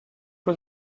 was